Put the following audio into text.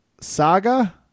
saga